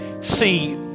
see